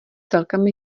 celkem